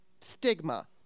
stigma